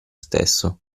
stesso